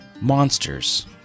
monsters